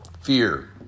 fear